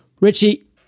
Richie